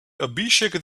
abhishek